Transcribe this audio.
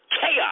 chaos